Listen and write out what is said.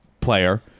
player